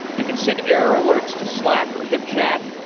you could send error alerts to slack, or hipchat,